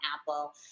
Apple